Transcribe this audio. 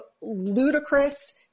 ludicrous